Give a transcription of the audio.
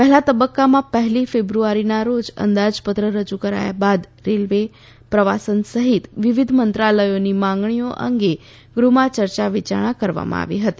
પહેલાં તબક્કામાં પહેલી ફેબ્રુઆરીના રોજ અંદાજપત્ર રજુ કરાયા બાદ રેલવે પ્રવાસન સહિત વિવિધ મંત્રાલયોની માંગણીઓ અંગે ગૃહમાં ચર્યા વિચારણા કરવામાં આવી હતી